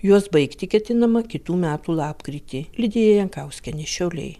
juos baigti ketinama kitų metų lapkritį lidija jankauskienė šiauliai